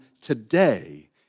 today